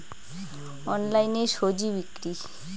অনলাইনে স্বজি বিক্রি?